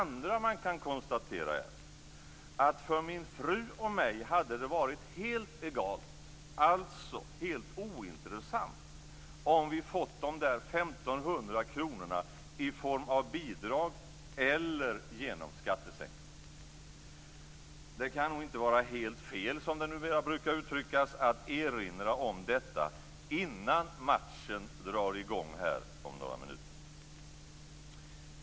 För det andra: För min fru och mig hade det varit helt egalt, alltså helt ointressant, om vi fått de där Det kan nog inte vara helt fel, som det numera brukar uttryckas, att erinra om detta innan matchen drar i gång här om några minuter.